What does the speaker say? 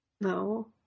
No